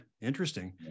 Interesting